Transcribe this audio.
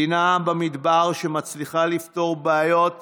מדינה במדבר, שמצליחה לפתור בעיות בחקלאות,